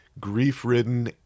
grief-ridden